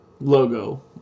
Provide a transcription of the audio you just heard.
logo